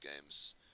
games